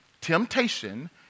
temptation